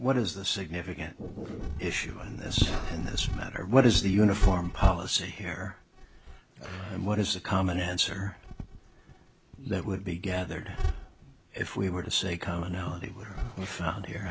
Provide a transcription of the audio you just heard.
what is the significant issue in this in this matter what is the uniform policy here and what is the common answer that would be gathered if we were to say commonality we found here